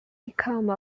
become